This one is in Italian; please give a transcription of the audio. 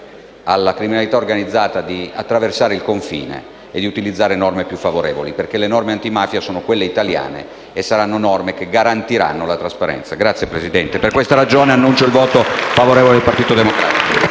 alla criminalità organizzata di attraversare il confine e di utilizzare norme più favorevoli, perché le norme antimafia sono quelle italiane e saranno norme che garantiranno la trasparenza. Per questa ragione, annuncio il voto favorevole del Partito Democratico.